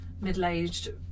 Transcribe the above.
middle-aged